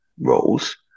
roles